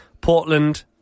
Portland